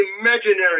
Imaginary